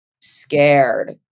scared